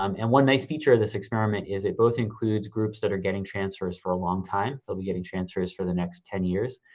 um and one nice feature of this experiment is it both includes groups that are getting transfers for a long time, they'll be getting transfers for the next ten years.